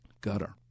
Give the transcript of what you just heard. gutter